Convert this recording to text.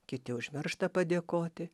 kiti užmiršta padėkoti